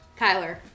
Kyler